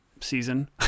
season